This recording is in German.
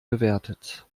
gewertet